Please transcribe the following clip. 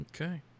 Okay